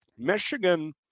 Michigan